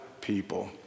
people